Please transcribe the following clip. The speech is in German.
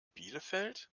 bielefeld